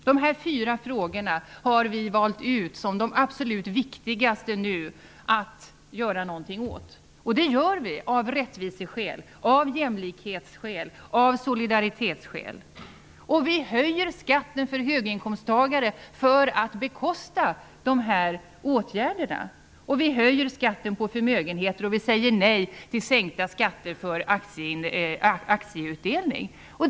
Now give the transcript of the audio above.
Dessa fyra frågor har vi valt ut såsom de absolut viktigaste att göra något åt. Det gör vi av rättviseskäl, av jämlikhetsskäl och av solidaritetsskäl. Vi höjer skatten för höginkomsttagare för att bekosta dessa åtgärder. Vi höjer skatten på förmögenheter, och vi säger nej till sänkta skatter på aktieutdelningar.